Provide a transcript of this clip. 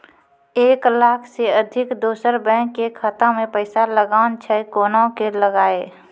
एक लाख से अधिक दोसर बैंक के खाता मे पैसा लगाना छै कोना के लगाए?